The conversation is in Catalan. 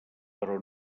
però